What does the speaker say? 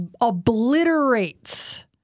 obliterates